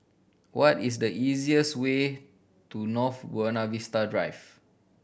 what is the easiest way to North Buona Star Drive